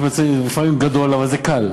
ויש מצבים שלפעמים זה גדול אבל קל.